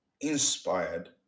inspired